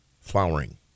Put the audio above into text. flowering